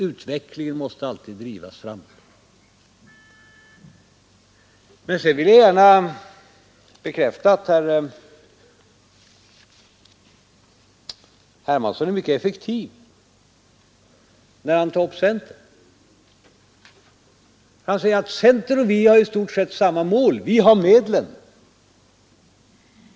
Utvecklingen måste alltid drivas framåt. Men sedan vill jag gärna bekräfta att herr Hermansson är mycket effektiv när han går till rätta med centern. Han säger: ”Centern och vi har ju i stort sett samma mål. Vi har medlen.